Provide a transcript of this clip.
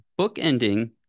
bookending